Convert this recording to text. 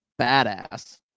badass